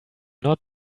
not